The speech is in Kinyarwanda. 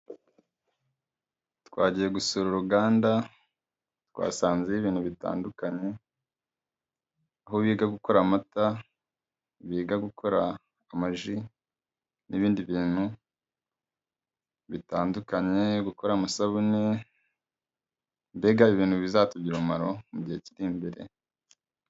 Twagiye gusura uruganda, twasanzeyo ibintu bitandukanye, aho biga gukora amata, biga gukora amaji n'ibindi bintu bitandukanye, gukora amasabune, mbega ibintu bizatugirira umumaro mu gihe kiri imbere.